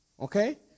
Okay